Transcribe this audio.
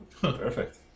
Perfect